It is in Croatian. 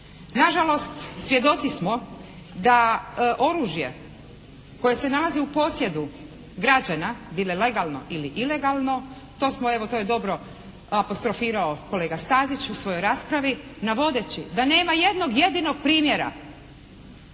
Nažalost svjedoci smo da oružje koje se nalazi u posjedu građana ili legalno ili ilegalno to smo evo, to je dobro apostrofirao kolega Stazić u svojoj raspravi navodeći da nema jednog jedinog primjera